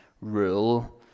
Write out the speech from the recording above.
rule